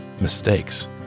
mistakes